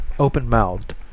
open-mouthed